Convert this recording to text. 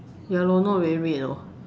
ya lor not very weird hor